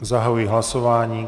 Zahajuji hlasování.